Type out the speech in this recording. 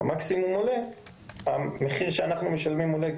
ואם המקסימום עולה אז המחיר שאנחנו משלמים עולה,